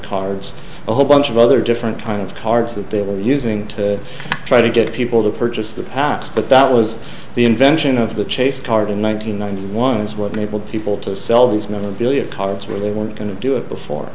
cards a whole bunch of other different kind of cards that they were using to try to get people to purchase the pass but that was the invention of the chase card in one nine hundred ninety one is what mabel people to sell these memorabilia cards where they were going to do it before